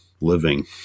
living